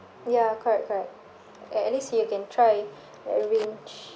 ya correct correct at at least you can try like a range